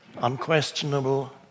unquestionable